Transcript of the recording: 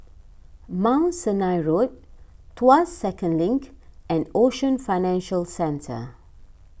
Mount Sinai Road Tuas Second Link and Ocean Financial Centre